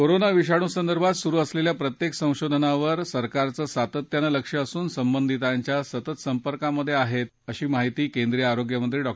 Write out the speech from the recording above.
corona विषाणूसंदर्भात सुरु असलेल्या प्रत्येक संशोधनावर सरकारचं सातत्यानं लक्ष असून संबंधितांच्या सतत संपर्कात आहे अशी माहिती केंद्रीय आरोग्यमंत्री डॉ